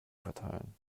verteilen